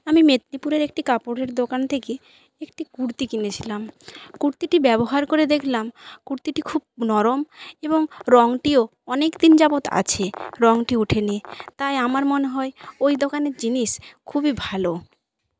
আমি মেদিনীপুরের একটি কাপড়ের দোকান থেকে একটি কুর্তি কিনেছিলাম কুর্তিটি ব্যবহার করে দেখলাম কুর্তিটি খুব নরম এবং রঙটিও অনেকদিন যাবৎ আছে রঙটি উঠেনি তাই আমার মনে হয় ওই দোকানের জিনিস খুবই ভালো